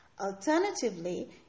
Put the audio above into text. Alternatively